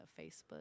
Facebook